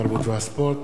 התרבות והספורט,